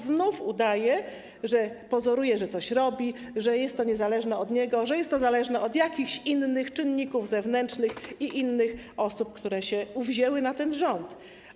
Znów udaje, pozoruje, że coś robi, że jest to niezależne od niego, że jest to zależne od jakichś innych czynników zewnętrznych i innych osób, które się uwzięły na ten rząd.